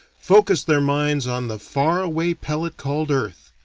focus their minds on the far-away pellet called earth,